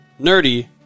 nerdy